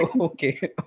okay